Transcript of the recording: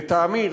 לטעמי,